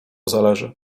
zależy